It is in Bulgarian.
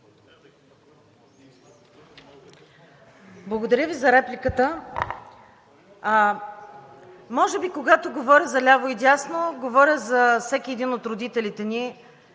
Благодаря Ви за репликата. Може би, когато говоря за ляво и дясно, говоря за всеки един от родителите ни,